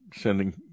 sending